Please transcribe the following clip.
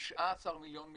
19 מיליון משתמשים,